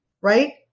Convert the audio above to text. Right